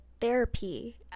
therapy